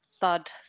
thud